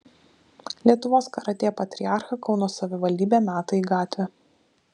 lietuvos karatė patriarchą kauno savivaldybė meta į gatvę